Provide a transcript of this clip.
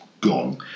gone